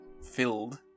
filled